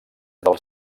dels